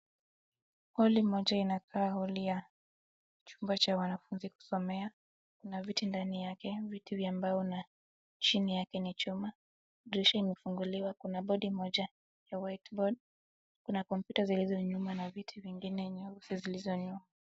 Holi moja inakaa holi ya chumba wanafunzi kusomea na viti ndani yake. Viti vya mbao na chini yake ni chuma. Dirisha imefunguliwa kuna bodi moja ya white board . Kuna kompyuta zilizonyuma na viti vingine nyeusi zilizonyuma.